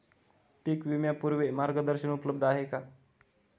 पीक विकण्यापूर्वी मार्गदर्शन उपलब्ध आहे का?